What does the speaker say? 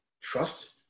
trust